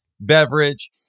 beverage